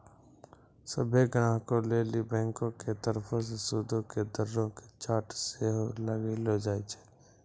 सभ्भे ग्राहको लेली बैंको के तरफो से सूदो के दरो के चार्ट सेहो लगैलो जाय छै